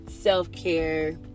self-care